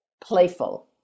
playful